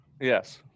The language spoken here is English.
Yes